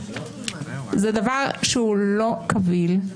זה דבר שהוא לא קביל.